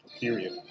period